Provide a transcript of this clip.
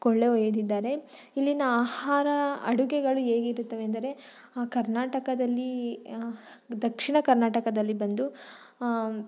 ಒಯ್ದಿದ್ದಾರೆ ಇಲ್ಲಿನ ಆಹಾರ ಅಡುಗೆಗಳು ಹೇಗಿರುತ್ತವೆಂದರೆ ಕರ್ನಾಟಕದಲ್ಲಿ ದಕ್ಷಿಣ ಕರ್ನಾಟಕದಲ್ಲಿ ಬಂದು